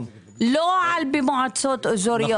לא במועצות אזוריות.